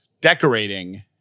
decorating-